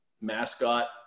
mascot